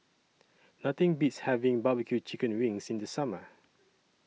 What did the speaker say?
Nothing Beats having Barbecue Chicken Wings in The Summer